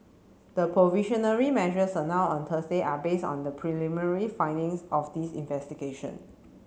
the provisional measures announced on Thursday are based on the preliminary findings of this investigation